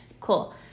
Cool